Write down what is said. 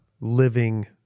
living